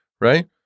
right